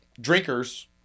drinkers